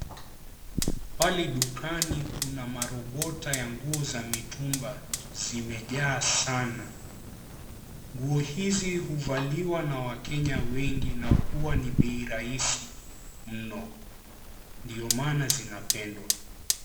Pale dukani kuna Marobota ya nguo za mitumba, zimejaa sana. Nguo hizi huvaliwa na wakenya wengi na huwa ni bei rahisi mno, ndio maana zinapendwa.